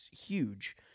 huge